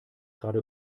gerade